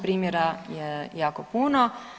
Primjera je jako puno.